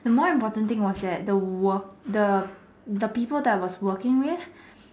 the more important thing was that the work the the people that was working with